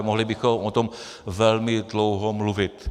Mohli bychom o tom velmi dlouho mluvit.